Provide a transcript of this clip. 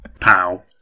Pow